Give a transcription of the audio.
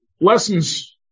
lessons